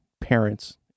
parents